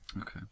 Okay